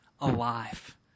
alive